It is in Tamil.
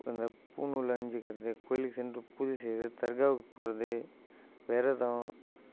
இப்போ இந்த பூணூல் அணிஞ்சுக்கிறது கோயிலுக்கு சென்று பூஜை செய்கிறது தர்காவுக்கு போகிறது விரதம்